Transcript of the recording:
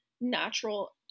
natural